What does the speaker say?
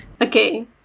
Okay